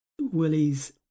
Willie's